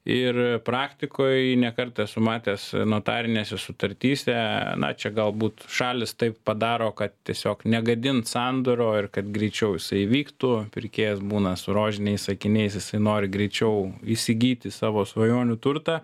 ir praktikoj ne kartą esu matęs notarinėse sutartyse na čia galbūt šalys taip padaro kad tiesiog negadint sandorio ir kad greičiau jisai įvyktų pirkėjas būna su rožiniais akiniais jisai nori greičiau įsigyti savo svajonių turtą